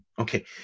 okay